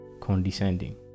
condescending